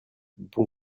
bon